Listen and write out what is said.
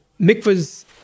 mikvahs